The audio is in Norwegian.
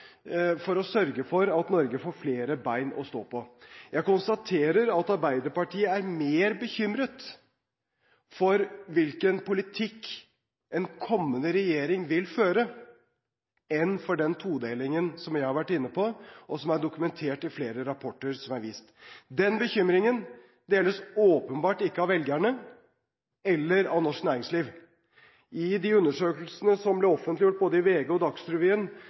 for å sørge for at Norge får flere ben å stå på. Jeg konstaterer at Arbeiderpartiet er mer bekymret for hvilken politikk en kommende regjering vil føre, enn for den todelingen som jeg har vært inne på, og som er dokumentert i flere rapporter, som er vist. Den bekymringen deles åpenbart ikke av velgerne eller av norsk næringsliv. I de undersøkelsene som ble offentliggjort både i VG og i Dagsrevyen